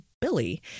Billy